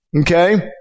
Okay